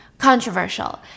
Controversial